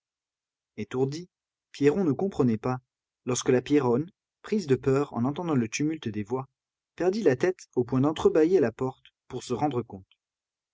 étourdi pierron ne comprenait pas lorsque la pierronne prise de peur en entendant le tumulte des voix perdit la tête au point d'entrebâiller la porte pour se rendre compte